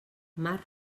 mar